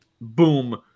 boom